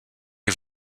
est